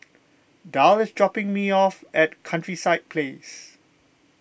Darl is dropping me off at Countryside Place